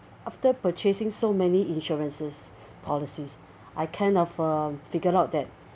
after purchasing so many insurances policies I kind of uh figured out that